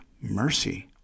Mercy